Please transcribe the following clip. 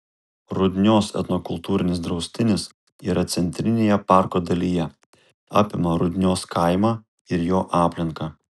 rudnios etnokultūrinis draustinis yra centrinėje parko dalyje apima rudnios kaimą ir jo aplinką